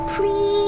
Please